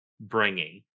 bringing